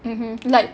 mmhmm like